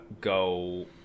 go